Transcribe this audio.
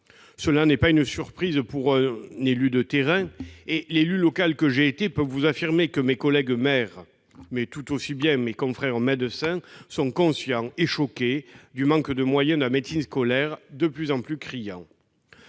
qui n'est pas une surprise pour un élu de terrain. L'élu local que j'ai été peut vous affirmer que mes collègues maires, comme mes confrères médecins, sont conscients et choqués du manque de moyens de plus en plus criant